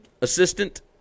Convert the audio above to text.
assistant